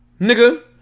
Nigga